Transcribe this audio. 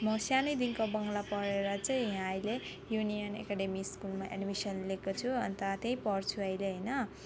म सानैदेखिको बङ्ला पढेर चाहिँ यहाँ अहिले युनियन एकाडमी स्कुलमा एडमिसन लिएको छु अन्त त्यहीँ पढ्छु अहिले होइन